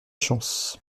chance